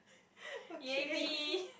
okay